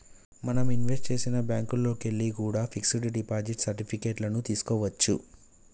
మనం ఇన్వెస్ట్ చేసిన బ్యేంకుల్లోకెల్లి కూడా పిక్స్ డిపాజిట్ సర్టిఫికెట్ లను తీస్కోవచ్చు